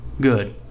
Good